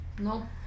No